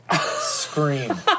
Scream